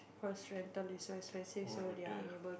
cause rental is so expensive so they are unable to